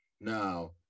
Now